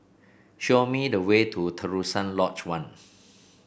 show me the way to Terusan Lodge One